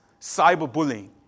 cyberbullying